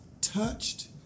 touched